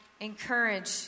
encourage